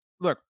look